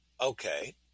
Okay